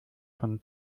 von